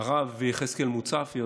הרב יחזקאל מוצפי.